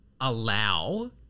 allow